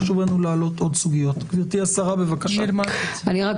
חשוב לנו להעלות עוד סוגיות גברתי השרה, בבקשה.